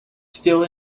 still